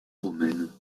romaine